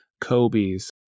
Kobe's